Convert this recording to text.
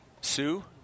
Sue